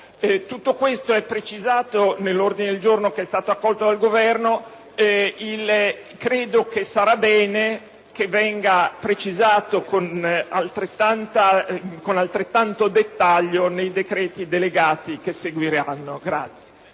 Tutto questo è precisato nell'ordine del giorno accolto dal Governo e credo che sarà bene venga precisato con altrettanta chiarezza nei decreti delegati che seguiranno.